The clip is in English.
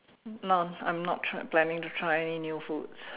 no I'm not try planning to try any new food